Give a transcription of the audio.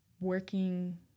working